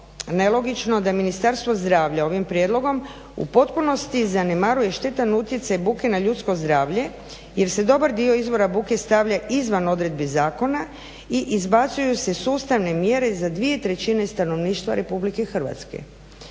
nelogično da Ministarstvo zdravlja ovim prijedlogom u potpunosti zanemaruje štetan utjecaj buke na ljudsko zdravlje jer se dobar dio izvora buke stavlja izvan odredbi zakona i izbacuju se sustavne mjere za 2/3 stanovništva Republike Hrvatske.